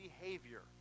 behavior